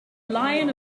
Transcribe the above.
lion